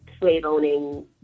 slave-owning